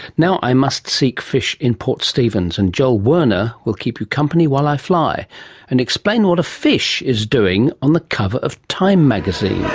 now i must seek fish in port stephens and joel werner will keep you company while i fly and explain what a fish is doing on the cover of time magazine.